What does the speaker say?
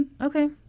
Okay